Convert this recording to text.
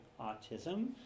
autism